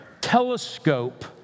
telescope